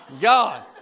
God